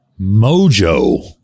mojo